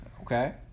Okay